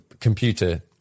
computer